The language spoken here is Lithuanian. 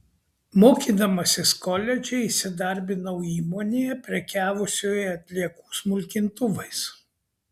mokydamasis koledže įsidarbinau įmonėje prekiavusioje atliekų smulkintuvais